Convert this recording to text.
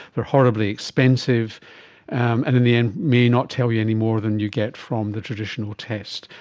they're horribly expensive and in the end may not tell you any more than you get from the traditional test.